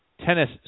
tennis